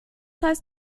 heißt